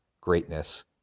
greatness